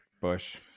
Bush